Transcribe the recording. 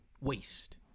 waste